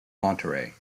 monterrey